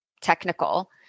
technical